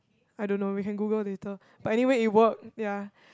I don't know we can Google later but anyway it worked ya